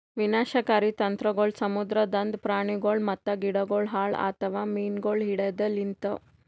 ವಿನಾಶಕಾರಿ ತಂತ್ರಗೊಳ್ ಸಮುದ್ರದಾಂದ್ ಪ್ರಾಣಿಗೊಳ್ ಮತ್ತ ಗಿಡಗೊಳ್ ಹಾಳ್ ಆತವ್ ಮೀನುಗೊಳ್ ಹಿಡೆದ್ ಲಿಂತ್